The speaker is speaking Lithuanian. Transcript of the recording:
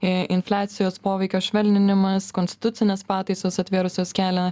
i infliacijos poveikio švelninimas konstitucinės pataisos atvėrusios kelią